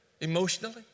emotionally